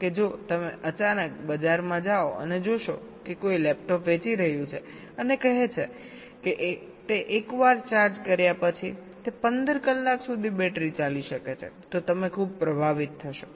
કે જો તમે અચાનક બજારમાં જાઓ અને જોશો કે કોઈ લેપટોપ વેચી રહ્યું છે અને કહે છે કે એકવાર ચાર્જ કર્યા પછી તે 15 કલાક સુધી બેટરી ચાલી શકે છે તો તમે ખૂબ પ્રભાવિત થશો